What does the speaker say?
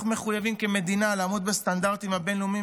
אנחנו מחויבים כמדינה לעמוד בסטנדרטים הבין-לאומיים